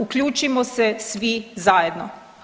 Uključimo se svi zajedno.